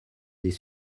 des